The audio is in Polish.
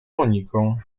moniką